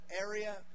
area